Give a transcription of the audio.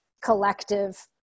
collective